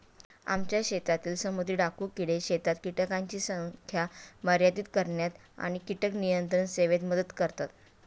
आमच्या शेतातील समुद्री डाकू किडे शेतात कीटकांची संख्या मर्यादित करण्यात आणि कीटक नियंत्रण सेवेत मदत करतात